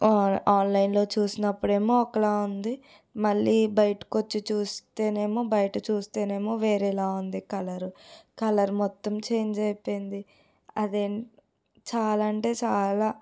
ఆన్లైన్లో చూసినప్పుడు ఏమో ఒకలా ఉంది మళ్ళీ బయటకి వచ్చి చుస్తేనేమో బయట చుస్తేనేమో వేరేలా ఉంది కలర్ కలర్ మొత్తం చేంజ్ అయిపోయింది అదే చాలా అంటే చాలా